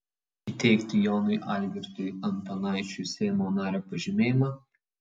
įteikti jonui algirdui antanaičiui seimo nario pažymėjimą